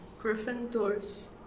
Gryffindor's